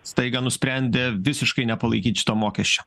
staiga nusprendė visiškai nepalaikyt šito mokesčio